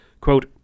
quote